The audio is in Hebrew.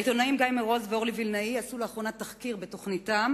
העיתונאים גיא מרוז ואורלי וילנאי עשו לאחרונה תחקיר בתוכניתם,